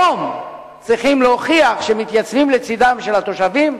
היום צריכים להוכיח שמתייצבים לצדם של התושבים,